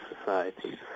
society